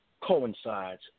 coincides